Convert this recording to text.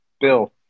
Bill